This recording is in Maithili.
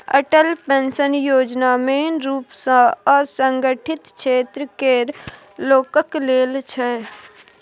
अटल पेंशन योजना मेन रुप सँ असंगठित क्षेत्र केर लोकक लेल छै